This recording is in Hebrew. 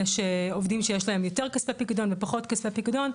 יש עובדים שיש להם יותר כספי פיקדון ופחות כספי פיקדון.